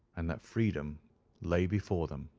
and that freedom lay before them.